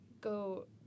Go